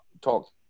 talk